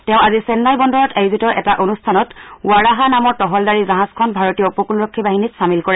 তেওঁ আজি চেন্নাই বন্দৰত আয়োজিত এটা অনুষ্ঠানত ৱাৰাহা নামৰ তহলদাৰী জাহাজখন ভাৰতীয় উপকূলৰক্ষী বাহিনীত চামিল কৰে